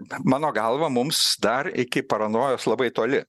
mano galva mums dar iki paranojos labai toli